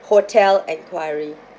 hotel enquiry